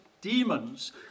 demons